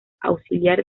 auxiliar